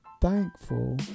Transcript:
Thankful